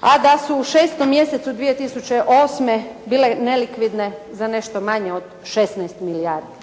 a da su u šestom mjesecu 2008. bile nelikvidne za nešto manje od 16 milijardi.